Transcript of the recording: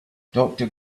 doctor